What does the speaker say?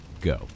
go